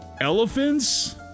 Elephants